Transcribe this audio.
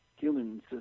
Humans